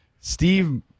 steve